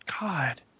God